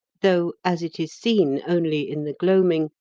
though, as it is seen only in the gloaming,